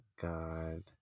God